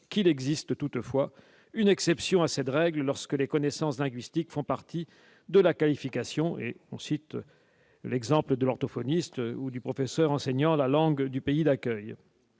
qu'il existe toutefois une exception Assad règle lorsque les connaissances de linguistique, font partie de la qualification ensuite l'exemple de l'orthophoniste ou du professeur enseignant la langue du pays d'accueil,